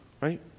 right